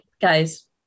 Guys